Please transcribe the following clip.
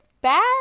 Bad